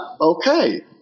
okay